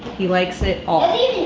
he likes it all.